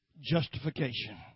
justification